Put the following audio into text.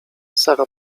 sara